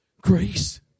Grace